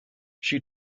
she